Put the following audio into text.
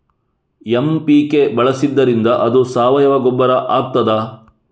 MPK ಬಳಸಿದ್ದರಿಂದ ಅದು ಸಾವಯವ ಗೊಬ್ಬರ ಆಗ್ತದ?